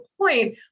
point